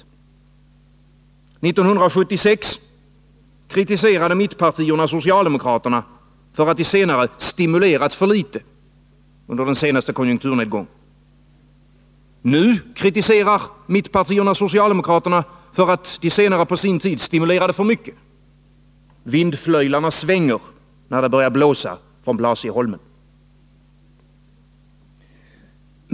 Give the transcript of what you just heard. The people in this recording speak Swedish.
1976 kritiserade mittpartierna socialdemokraterna för att dessa stimulerat för litet under den senaste konjunkturnedgången. Nu kritiserar mittpartierna socialdemokraterna för att de på sin tid stimulerade för mycket. Vindflöjlarna svänger när det börjar blåsa från Blasieholmen.